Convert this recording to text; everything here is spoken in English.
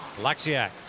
Alexiak